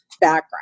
background